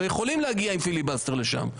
ויכולים להגיע עם פיליבסטר לשם.